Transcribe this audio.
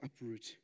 uproot